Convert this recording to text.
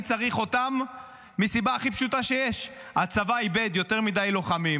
אני צריך אותם מהסיבה הכי פשוטה שיש: הצבא איבד יותר מדי לוחמים,